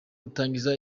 atangiza